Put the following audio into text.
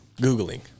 googling